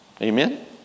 Amen